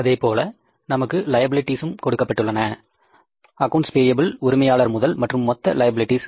அதேபோல நமக்கு லயபிலிட்டிஸ்உம் கொடுக்கப்பட்டுள்ளன அக்கவுண்ட்ஸ் பேய்ப்பில் உரிமையாளர் முதல் மற்றும் மொத்த லயபிலிட்டிஸ்